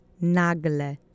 NAGLE